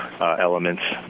elements